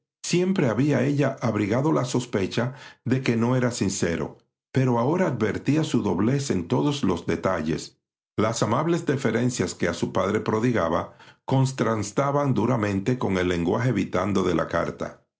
siempre había ella abrigado la sospecha de que no era sincero pero ahora advertía su doblez en todos los detalles las amables deferencias que a su padre prodigaba constrastaban duramente con el lenguaje vitando de la carta